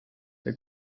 der